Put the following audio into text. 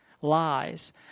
lies